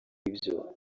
ibyo